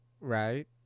right